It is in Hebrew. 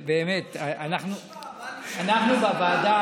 באמת ------ אנחנו בוועדת